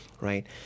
right